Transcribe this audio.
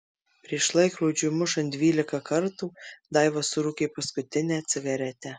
prieš laikrodžiui mušant dvylika kartų daiva surūkė paskutinę cigaretę